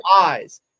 eyes